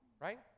right